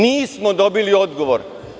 Nismo dobili odgovor.